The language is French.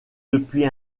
depuis